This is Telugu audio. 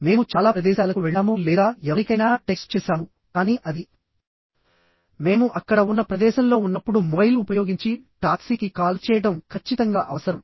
మేము చాలా ప్రదేశాలకు వెళ్ళాము లేదా ఎవరికైనా టెక్స్ట్ చేసాము కానీ అది మేము అక్కడ ఉన్న ప్రదేశంలో ఉన్నప్పుడు మొబైల్ ఉపయోగించి టాక్సీకి కాల్ చేయడం ఖచ్చితంగా అవసరం